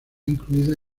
incluida